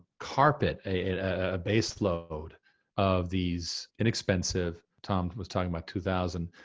carpet, a ah base load of these inexpensive, tom was talking about two thousand,